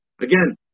Again